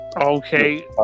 Okay